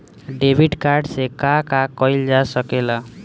Debit card से का का कइल जा सके ला?